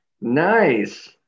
Nice